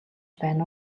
байна